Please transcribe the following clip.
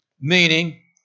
meaning